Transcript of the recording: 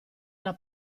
alla